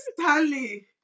Stanley